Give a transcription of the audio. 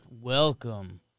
Welcome